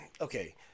okay